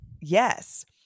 Yes